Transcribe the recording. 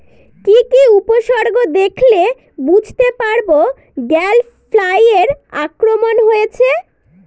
কি কি উপসর্গ দেখলে বুঝতে পারব গ্যাল ফ্লাইয়ের আক্রমণ হয়েছে?